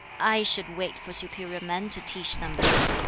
i should wait for superior men to teach them that.